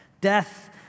death